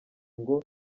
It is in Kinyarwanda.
ngo